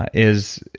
is.